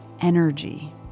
energy